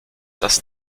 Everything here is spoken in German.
das